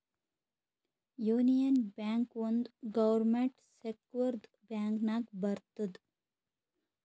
union Bank ಒಂದ್ government ಸೆಕ್ಟರ್ದು bank ನಾಗ್ ಬರ್ತುದ್